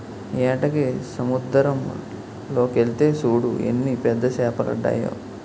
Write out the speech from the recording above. ఏటకి సముద్దరం లోకెల్తే సూడు ఎన్ని పెద్ద సేపలడ్డాయో